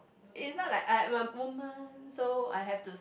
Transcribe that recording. is not like I am a woman so I have to